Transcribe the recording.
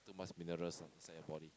too much minerals inside your body